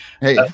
hey